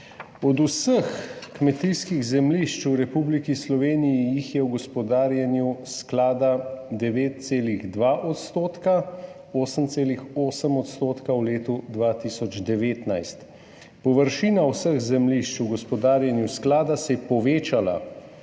Od vseh kmetijskih zemljišč v Republiki Sloveniji jih je v gospodarjenju sklada 9,2 %, 8,8 % v letu 2019. Površina vseh zemljišč v gospodarjenju sklada se je povečala